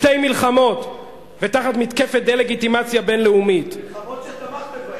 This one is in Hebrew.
שתמכתם בהן.